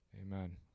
Amen